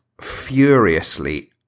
furiously